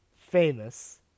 famous